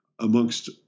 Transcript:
amongst